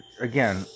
again